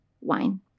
wine